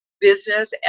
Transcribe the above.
business